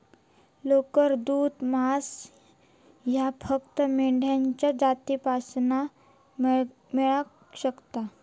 लोकर, दूध, मांस ह्या फक्त मेंढ्यांच्या जातीपासना मेळाक शकता